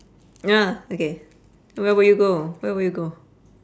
ah okay where would you go where would you go